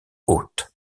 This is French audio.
hôtes